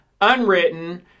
unwritten